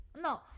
no